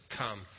come